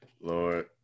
lord